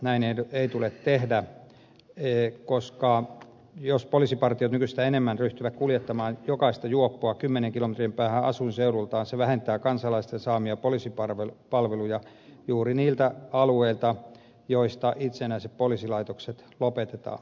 näin ei tule tehdä koska jos poliisipartiot nykyistä enemmän ryhtyvät kuljettamaan jokaista juoppoa kymmenien kilometrien päähän asuinseudultaan se vähentää kansalaisten saamia poliisipalveluja juuri niiltä alueilta joilta itsenäiset poliisilaitokset lopetetaan